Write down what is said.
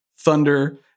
Thunder